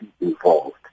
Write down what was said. involved